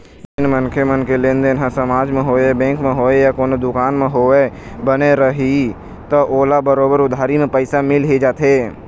जेन मनखे मन के लेनदेन ह समाज म होवय, बेंक म होवय या कोनो दुकान म होवय, बने रइही त ओला बरोबर उधारी म पइसा मिल ही जाथे